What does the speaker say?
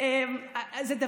לסבא ולסבתא זה גם קורה?